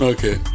Okay